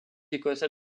écossais